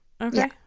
Okay